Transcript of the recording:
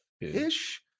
ish